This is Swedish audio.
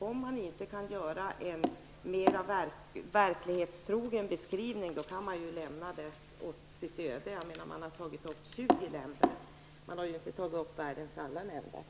Om man inte kan göra en mer verklighetstrogen beskrivning, då kan man lika gärna lämna det hela åt sitt öde. Man diskuterar situationen i tjugo länder och inte i alla världens länder.